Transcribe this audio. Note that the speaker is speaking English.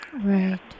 Right